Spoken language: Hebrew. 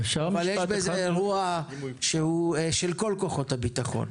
יש בזה אירוע שהוא של כל כוחות הביטחון,